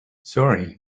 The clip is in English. sorry